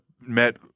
met